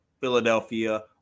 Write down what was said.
Philadelphia